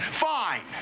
Fine